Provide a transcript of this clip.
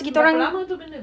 berapa lama tu benda